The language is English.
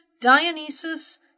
Dionysus